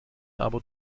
aber